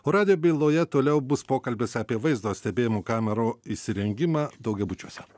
o radijo byloje toliau bus pokalbis apie vaizdo stebėjimo kamerų įsirengimą daugiabučiuose